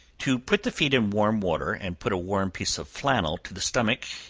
to put the feet in warm water, and put a warm piece of flannel to the stomach,